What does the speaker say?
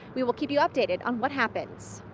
we'll we'll keep you updated on what happens.